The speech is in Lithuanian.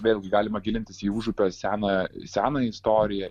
vėlgi galima gilintis į užupio senojo į senąją istoriją